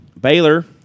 Baylor